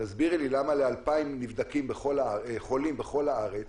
תסבירי לי למה ל-2,000 חולים בכל הארץ,